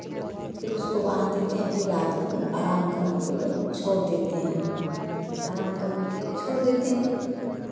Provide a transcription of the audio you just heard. फिर उसको बाँध देते हैं फिर रात में वह आराम करने के लिए छोड़ देते हैं आराम करने के लिए छोड़ देते हैं